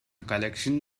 collection